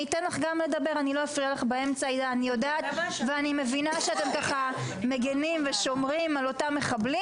אבל זה לא נכון, שרן.